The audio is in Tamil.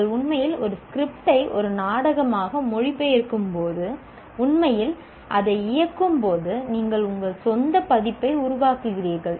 நீங்கள் உண்மையில் ஒரு ஸ்கிரிப்டை ஒரு நாடகமாக மொழிபெயர்க்கும்போது உண்மையில் அதை இயக்கும்போது நீங்கள் உங்கள் சொந்த பதிப்பை உருவாக்குகிறீர்கள்